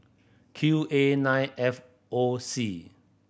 Q A Nine F O C